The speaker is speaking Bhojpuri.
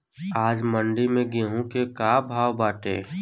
आज मंडी में गेहूँ के का भाव बाटे?